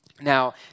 Now